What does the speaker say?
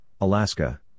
Alaska